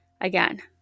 Again